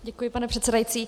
Děkuji, pane předsedající.